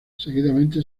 seguidamente